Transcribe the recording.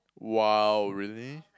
!wow! really